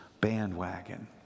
bandwagon